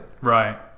Right